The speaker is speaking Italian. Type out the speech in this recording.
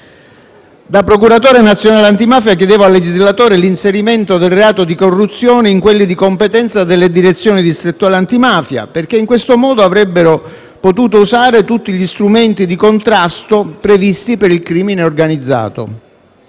Da procuratore nazionale antimafia chiedevo al legislatore l'inserimento del reato di corruzione tra quelli di competenza delle Direzioni distrettuali antimafia, perché in questo modo avrebbero potuto usare tutti gli strumenti di contrasto previsti per il crimine organizzato.